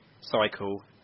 cycle